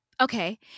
Okay